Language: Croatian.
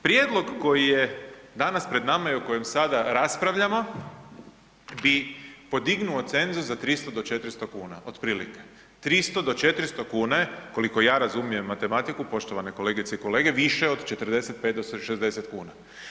Prijedlog koji je danas pred nama i o kojem sada raspravljamo bi podignuo cenzus za 300 do 400 kn otprilike, 300 do 400 kn je koliko ja razumijem matematiku, poštovane kolegice i kolege, više od 45 do 60 kuna.